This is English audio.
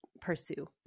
pursue